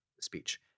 speech